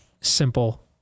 simple